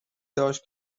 داشت